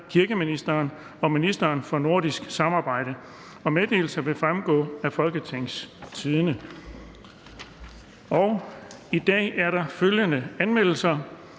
kirkeministeren og ministeren for nordisk samarbejde. Meddelelsen vil fremgå af www.folketingstidende.dk (jf. nedenfor).